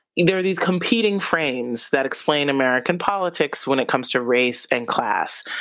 there are these competing frames that explain american politics when it comes to race and class.